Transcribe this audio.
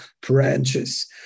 branches